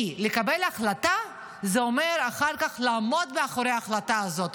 כי לקבל החלטה זה אומר אחר כך לעמוד מאחורי ההחלטה הזאת.